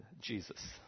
Jesus